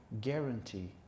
guarantee